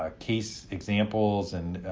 ah case examples and